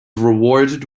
rewarded